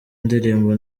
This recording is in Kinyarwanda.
ndirimbo